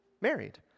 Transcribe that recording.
married